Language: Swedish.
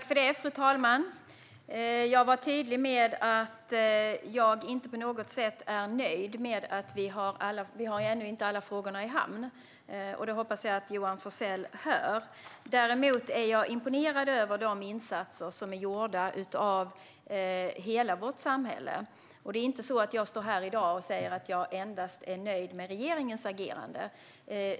Fru talman! Jag var tydlig med att jag inte på något sätt är nöjd. Vi har ännu inte alla frågor i hamn. Detta hoppas jag att Johan Forssell hör. Däremot är jag imponerad av de insatser som är gjorda av hela vårt samhälle. Jag står inte här i dag och säger att jag endast är nöjd med regeringens agerande.